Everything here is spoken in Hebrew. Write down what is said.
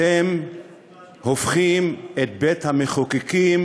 אתם הופכים את בית-המחוקקים